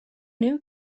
new